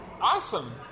Awesome